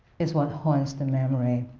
is what haunts the memory.